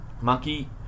Monkey